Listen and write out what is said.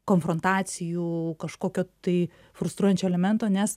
konfrontacijų kažkokio tai frustruojančio elemento nes